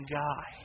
guy